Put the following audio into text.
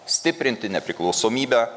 stiprinti nepriklausomybę